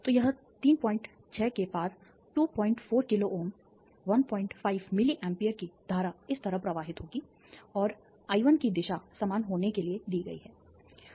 तो यह 36 के पार 24 किलो Ω 15 मिली एम्पीयर की धारा इस तरह प्रवाहित होगी और I1 की दिशा समान होने के लिए दी गई है